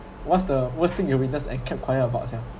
what's the worst thing you witness and kept quiet about yourself